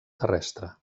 terrestre